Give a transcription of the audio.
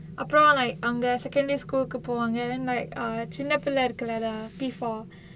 அப்புறம்:appuram like அவங்க:avanga secondary school கு போவாங்க:ku povaanga and then like uh சின்ன பிள்ள இருக்குறல:chinna pilla irukkurala P four